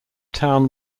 town